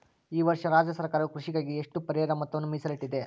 ಈ ವರ್ಷ ರಾಜ್ಯ ಸರ್ಕಾರವು ಕೃಷಿಗಾಗಿ ಎಷ್ಟು ಪರಿಹಾರ ಮೊತ್ತವನ್ನು ಮೇಸಲಿಟ್ಟಿದೆ?